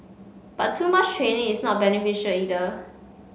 but too much training is not beneficial either